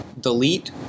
Delete